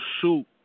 soup